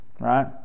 right